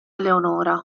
leonora